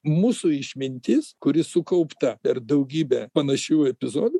mūsų išmintis kuri sukaupta per daugybę panašių epizodų